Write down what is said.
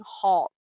halt